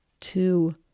two